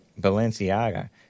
Balenciaga